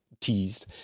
teased